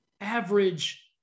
average